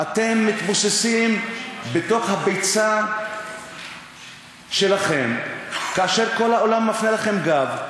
אתם מתבוססים בתוך הביצה שלכם כאשר כל העולם מפנה לכם גב,